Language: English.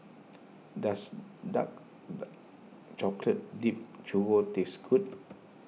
does Dark Chocolate Dipped Churro taste good